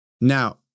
Now